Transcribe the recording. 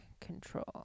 control